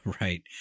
Right